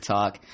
Talk